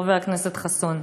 חבר הכנסת חסון.